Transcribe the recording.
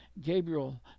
Gabriel